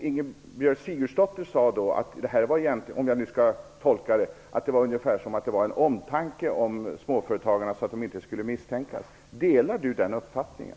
Ingibjörg Sigurdsdóttir sade ungefär att det är av omtanke om småföretagarna så att de inte skulle misstänkas. Delar Ronny Korsberg den uppfattningen?